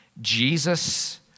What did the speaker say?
Jesus